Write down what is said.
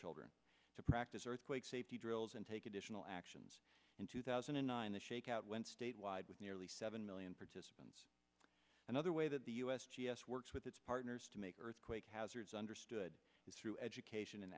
children to practice earthquake safety drills and take additional actions in two thousand and nine the shakeout went statewide with nearly seven million participants another way that the u s g s works with its partners to make earthquake hazards understood through education an